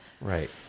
right